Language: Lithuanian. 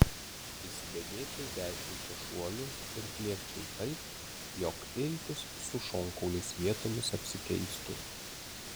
įsibėgėčiau dešimčia šuolių ir pliekčiau taip jog iltys su šonkauliais vietomis apsikeistų